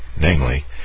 namely